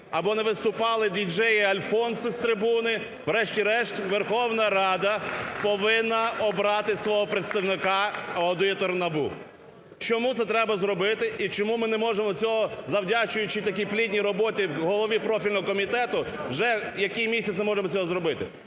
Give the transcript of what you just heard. або не виступали ді-джеї і альфонси з трибуни, врешті-решт Верховна Рада повинна обрати свого представника, аудитора НАБУ. Чому це треба зробити і чому ми не можемо цього, завдячуючи такій плідній роботі голови профільного комітету, вже який місяць не можемо цього зробити.